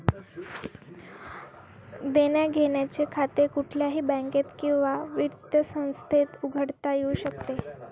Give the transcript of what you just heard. देण्याघेण्याचे खाते कुठल्याही बँकेत किंवा वित्त संस्थेत उघडता येऊ शकते